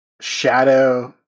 shadow